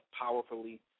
powerfully